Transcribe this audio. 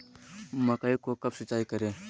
मकई को कब सिंचाई करे?